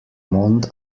mond